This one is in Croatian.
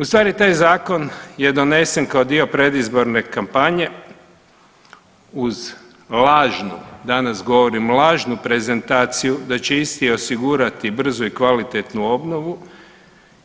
Ustvari taj Zakon je donesen kao dio predizborne kampanje uz lažno, danas govorim lažnu prezentaciju da će isti osigurati brzu i kvalitetnu obnovu